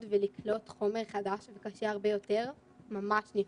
ולקלוט חומר חדש וקשה הרבה יותר ממש נפגעת.